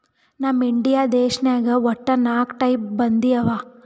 ನಮ್ ಇಂಡಿಯಾ ದೇಶನಾಗ್ ವಟ್ಟ ನಾಕ್ ಟೈಪ್ ಬಂದಿ ಅವಾ